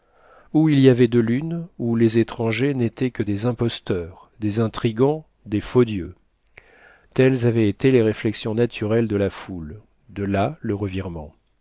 ou il y avait deux lunes ou les étrangers n'étaient que des imposteurs des intrigants des faux dieux telles avaient été les réflexions naturelles de la foule de là le revirement